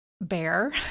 bear